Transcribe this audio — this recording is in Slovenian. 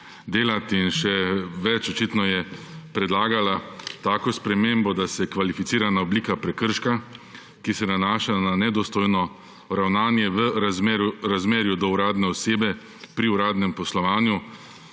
delati. In še več; očitno je predlagala tako spremembo, da se kvalificirana oblika prekrška, ki se nanaša na nedostojno ravnanje v razmerju do uradne osebe pri uradnem poslovanju